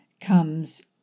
comes